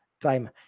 Time